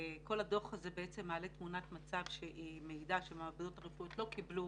כל הדוח הזה בעצם מעלה תמונת מצב שהיא מעידה שהמעבדות הרפואיות לא קיבלו